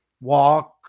walk